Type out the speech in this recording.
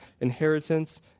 inheritance